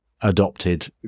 adopted